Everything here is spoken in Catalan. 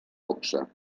boxa